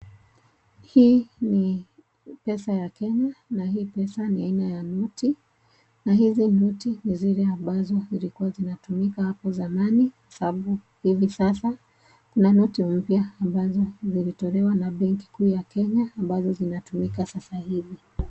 Hii ni pesa ya Kenya na hii pesa ni aina ya noti na hizi noti ni zile ambazo zilikuwa zinatumika hapo zamani sababu hivi sasa kuna noti mpya ambazo zilitolewa na benki kuu ya Kenya ambazo zinatumika sasa hivi.